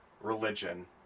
religion